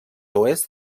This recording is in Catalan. oest